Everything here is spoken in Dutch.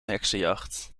heksenjacht